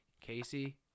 Casey